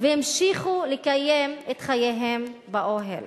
והמשיכו לקיים את חייהם באוהל.